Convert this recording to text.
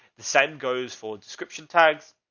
the same goes for description tags.